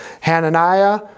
Hananiah